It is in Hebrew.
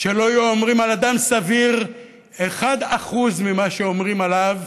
שלוּ היו אומרים על אדם סביר 1% ממה שאומרים עליו,